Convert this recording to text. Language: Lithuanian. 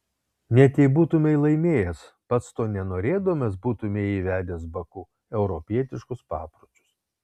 net jei būtumei laimėjęs pats to nenorėdamas būtumei įvedęs baku europietiškus papročius